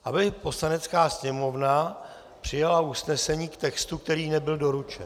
Aby Poslanecká sněmovna přijala usnesení k textu, který nebyl doručen.